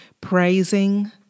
praising